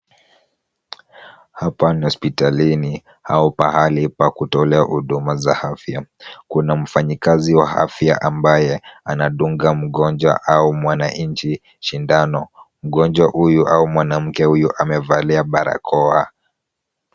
Hapa ni hospitalini au pahali pa kutolea huduma za afya. Kuna mfanyakazi wa afya ambaye anadunga mgonjwa au mwananchi shindano, mgonjwa huyu au mwanamke huyu amevalia barakoa.